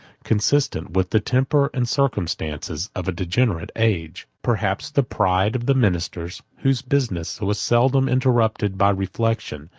consistent with the temper, and circumstances, of a degenerate age. perhaps the pride of the ministers, whose business was seldom interrupted by reflection,